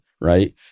Right